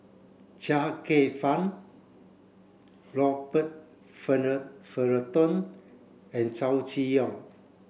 Chia Kwek Fah Robert Fullerton and Chow Chee Yong